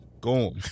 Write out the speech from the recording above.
Go